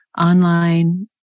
online